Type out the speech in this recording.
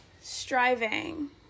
striving